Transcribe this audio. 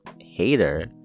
hater